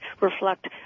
reflect